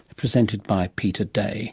presented by peter day